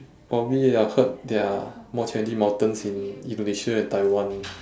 probably I heard there are more trendy mountains in indonesia and taiwan